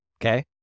okay